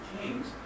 kings